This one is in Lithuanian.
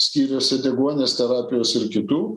skyriuose deguonies terapijos ir kitų